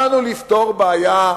באנו לפתור בעיה: